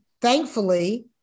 thankfully